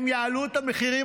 הם יעלו את המחירים,